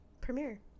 premiere